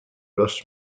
los